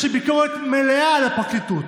יש לי ביקורת מלאה על הפרקליטות.